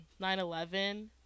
9-11